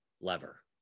lever